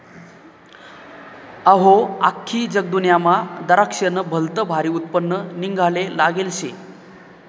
अहो, आख्खी जगदुन्यामा दराक्शेस्नं भलतं भारी उत्पन्न निंघाले लागेल शे